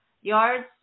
yards